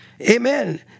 amen